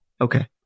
Okay